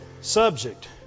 subject